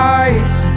eyes